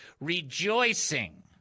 rejoicing